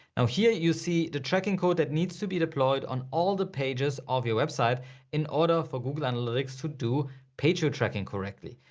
now here you see the tracking code that needs to be deployed on all the pages of your website in order for google analytics to do pageview tracking correctly.